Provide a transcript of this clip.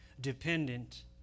dependent